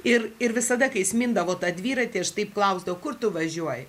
ir ir visada kai jis mindavo tą dviratį aš taip klausdavau kur tu važiuoji